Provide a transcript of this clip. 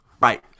Right